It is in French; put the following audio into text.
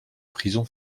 prison